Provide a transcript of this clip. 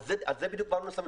על זה בדיוק סימנו,